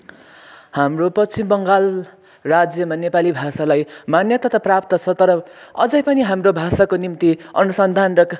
हाम्रो पश्चिम बङ्गाल राज्यमा नेपाली भाषालाई मान्यता त प्राप्त छ तर अझै पनि हाम्रो भाषाको निम्ति अनुसन्धान